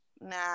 nah